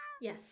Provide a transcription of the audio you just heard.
Yes